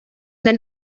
den